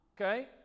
okay